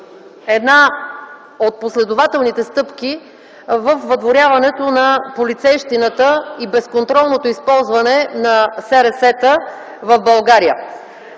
една от последователните стъпки във въдворяването на полицейщината и безконтролното използване на специални